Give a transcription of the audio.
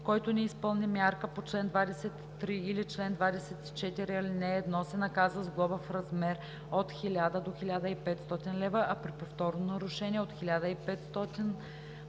Който не изпълни мярка по чл. 23 или чл. 24, ал. 1, се наказва с глоба в размер от 1000 до 1500 лв., а при повторно нарушение от 1500 до